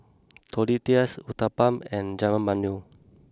Tortillas Uthapam and Jajangmyeon